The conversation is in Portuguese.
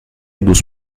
dos